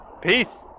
Peace